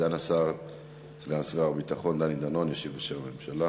סגן שר הביטחון דני דנון ישיב בשם הממשלה.